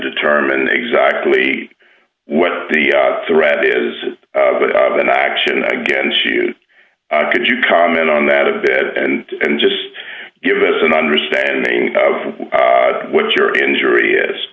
determine exactly what the threat is of an action against you could you comment on that a bit and just give us an understanding of what your injury is